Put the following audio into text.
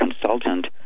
consultant